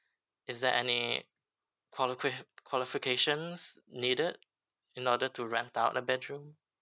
is there any qualica~ qualifications needed in order to rent out a bedroom